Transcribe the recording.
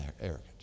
arrogant